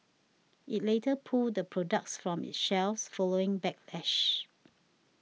it later pulled the products from its shelves following backlash